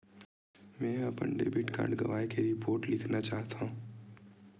मेंहा अपन debit card गवाए के रिपोर्ट लिखना चाहत हव